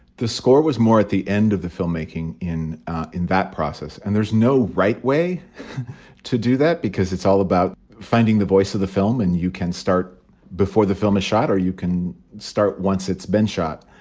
the score was more at the end of the filmmaking in in that process. and there's no right way to do that because it's all about finding the voice of the film. and you can start before the film is shot or you can start once it's been shot